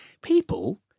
people